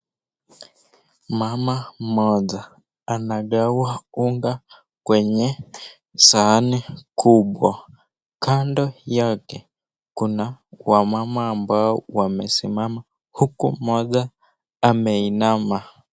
Mama mmoja anagawa unga kwenye sahani kubwa, kando yake kuna wamama ambao wamesimama huku mmoja ameinama.